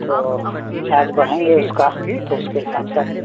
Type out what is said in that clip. तो चार्ज बढ़ेंगे उसका तो उसके हिसाब से आपको